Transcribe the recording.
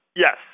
Yes